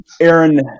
Aaron